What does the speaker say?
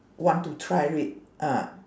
want to try it ah